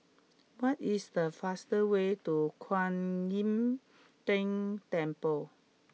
what is the fast way to Kuan Im Tng Temple